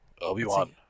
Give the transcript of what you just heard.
Obi-Wan